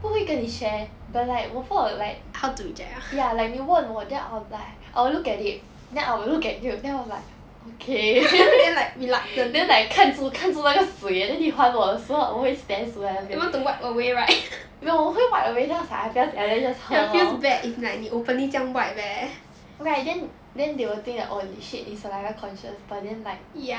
不会跟你 share but like 我不懂 like how to ya like 你问我 then I will be like I will look at it then I will look at you then I was like okay then like 看住看住那个水 then 你还我的时候我会 stare 住那边没有我会 wipe away just like !aiya! 不要紧 just 喝 lor right then then they will think that orh 你 shit 你 saliva conscious but then like